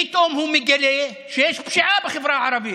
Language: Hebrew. פתאום הוא מגלה שיש פשיעה בחברה הערבית.